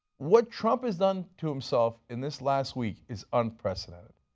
what trump has done to himself in this last week is unprecedented.